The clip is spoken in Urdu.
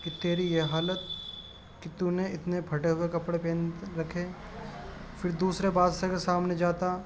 کہ تیری یہ حالت کہ تونے اتنے پھٹے ہوئے کپڑے پہن رکھے پھر دوسرے بادشاہ کے سامنے جاتا